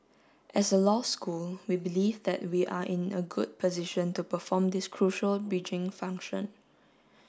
as a law school we believe that we are in a good position to perform this crucial bridging function